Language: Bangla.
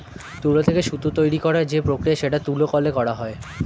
তুলো থেকে সুতো তৈরী করার যে প্রক্রিয়া সেটা তুলো কলে করা হয়